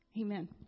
Amen